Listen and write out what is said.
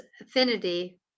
affinity